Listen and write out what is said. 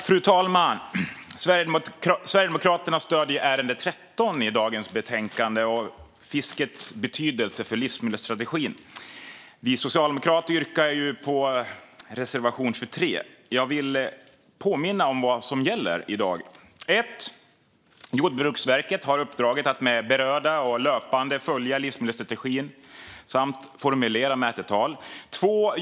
Fru talman! I det betänkande som vi debatterar i dag stöder Sverigedemokraterna punkt 13 om fiskets betydelse för livsmedelsstrategins genomförande. Vi socialdemokrater yrkar i samband med det bifall till reservation 23. Jag vill påminna om vad som gäller i dag. Jordbruksverket har uppdraget att med berörda och löpande följa livsmedelsstrategin samt formulera mätetal.